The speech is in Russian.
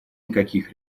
никаких